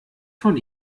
von